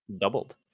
Doubled